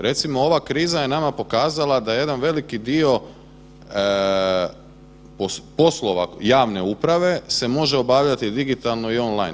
Recimo ova kriza je nama pokazala da jedan veliki dio poslova javne uprave se može obavljati digitalno i on line.